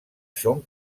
són